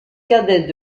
cadets